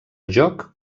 joc